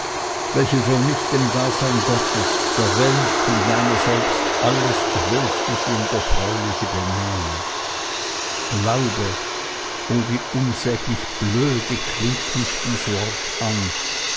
welche für mich dem dasein gottes der welt und meiner selbst alles tröstliche und erfreuliche benähme glaube o wie unsäglich blöde klingt mich dies wort an